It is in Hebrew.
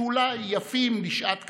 שאולי יפים לשעת קמפיין,